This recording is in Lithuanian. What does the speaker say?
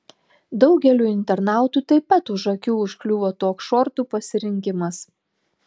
daugeliui internautų taip pat už akių užkliuvo toks šortų pasirinkimas